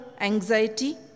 anxiety